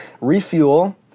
refuel